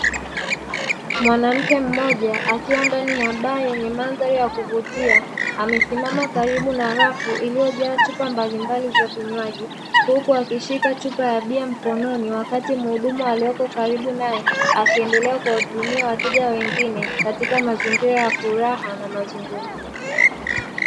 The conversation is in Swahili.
Mwanamke mmjoa akiwa ndani ya baa yenye mandhari ya kuvutia, amesimama karibu na rafu iliyojaa chupa mbalimbali za vinywaji, huku akishika chupa ya bia mkononi, wakati muhudumu aliyeko karibu nae akiendelea kuwadumia wateja wengine katika mazingira ya furaha na mazungumzo.